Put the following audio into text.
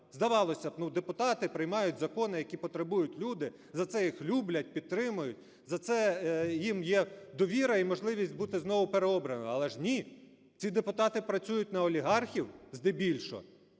Здавалося б, ну, депутати приймають закони, які потребують люди. За це їх люблять, підтримують. За це їм є довіра і можливість бути знову переобраними. Але ж ні, ці депутати працюють на олігархів здебільшого.